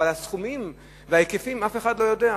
אבל את הסכומים וההיקפים אף אחד לא יודע,